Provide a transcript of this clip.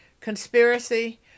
conspiracy